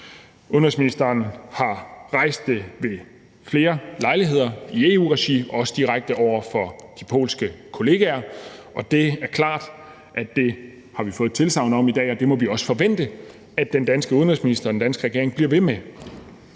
Udenrigsministeren har rejst det ved flere lejligheder i EU-regi og også direkte over for de polske kollegaer, og det er klart – det har vi fået tilsagn om i dag – at det må vi også forvente at den danske udenrigsminister og den danske regering bliver ved med.